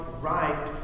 right